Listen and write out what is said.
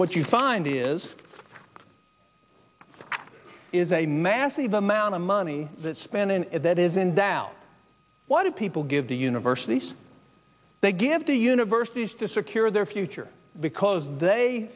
what you find is is a massive amount of money spent and that is in doubt why do people give the universities they give the universities to secure their future because they